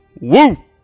Woo